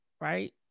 right